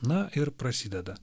na ir prasideda